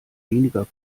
weniger